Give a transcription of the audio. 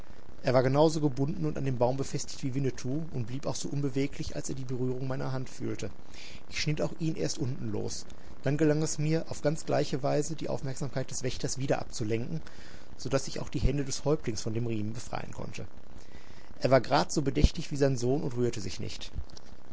er war genau so gebunden und an den baum befestigt wie winnetou und blieb auch so unbeweglich als er die berührung meiner hand fühlte ich schnitt auch ihn erst unten los dann gelang es mir auf ganz gleiche weise die aufmerksamkeit des wächters wieder abzulenken so daß ich auch die hände des häuptlings von dem riemen befreien konnte er war grad so bedächtig wie sein sohn und rührte sich nicht